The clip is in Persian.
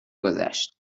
گذشت